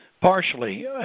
Partially